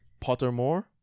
Pottermore